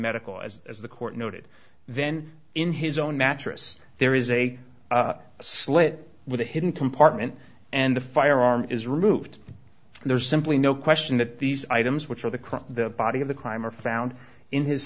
medical as as the court noted then in his own mattress there is a slit with a hidden compartment and the firearm is removed there's simply no question that these items which are the crime the body of the crime are found in his